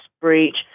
Breach